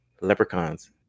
leprechauns